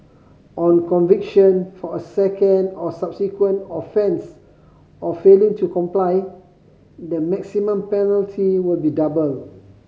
on conviction for a second or subsequent offence of failing to comply the maximum penalty will be doubled